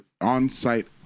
on-site